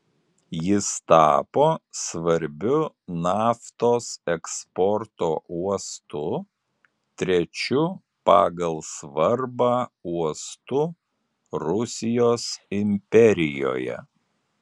jis tapo svarbiu naftos eksporto uostu trečiu pagal svarbą uostu rusijos imperijoje